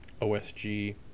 OSG